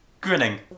Grinning